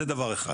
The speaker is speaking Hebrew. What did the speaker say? זה דבר אחד.